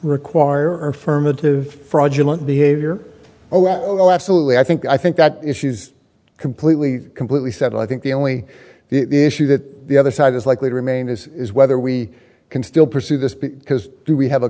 require affirmative fraudulent behavior oh absolutely i think i think that issues completely completely settled i think the only the issue that the other side is likely to remain is is whether we can still pursue this because do we have a